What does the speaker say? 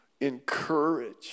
encourage